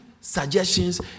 suggestions